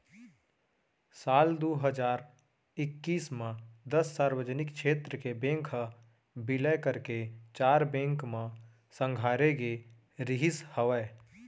साल दू हजार एक्कीस म दस सार्वजनिक छेत्र के बेंक ह बिलय करके चार बेंक म संघारे गे रिहिस हवय